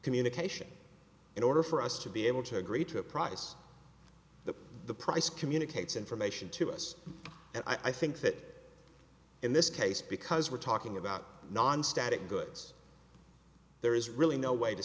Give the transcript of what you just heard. communication in order for us to be able to agree to a price the price communicates information to us and i think that in this case because we're talking about non static goods there is really no way to